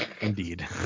indeed